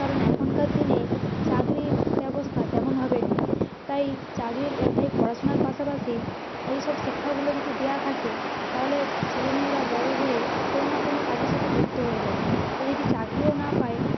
কারণ এখনকার দিনে চাকরির ব্যবস্থা তেমনভাবে নেই তাই চাকরির তাই পড়াশোনার পাশাপাশি এইসব শিক্ষাগুলো যদি দেয়া থাকে তাহলে ছেলে মেয়েরা বড়ো হয়ে কোনো না কোনো কাজের সাথে যুক্ত হয়ে যাবে তারা যদি চাকরিও না পায়